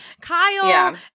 Kyle